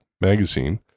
Magazine